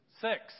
six